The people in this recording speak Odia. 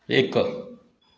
ଏକ